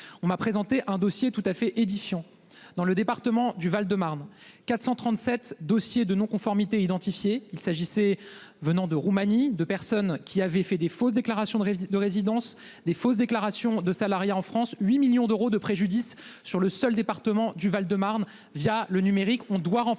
On m'a présenté un dossier tout à fait édifiant. Dans le département du Val-de-Marne 437 dossiers de non conformités identifiées. Il s'agissait venant de Roumanie, de personnes qui avaient fait des fausses déclarations de de résidence des fausses déclarations de salariés en France 8 millions d'euros de préjudice. Sur le seul département du Val de Marne via le numérique, on doit renforcer